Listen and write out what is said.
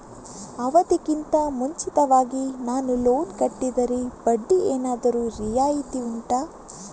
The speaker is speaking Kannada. ಅವಧಿ ಗಿಂತ ಮುಂಚಿತವಾಗಿ ನಾನು ಲೋನ್ ಕಟ್ಟಿದರೆ ಬಡ್ಡಿ ಏನಾದರೂ ರಿಯಾಯಿತಿ ಉಂಟಾ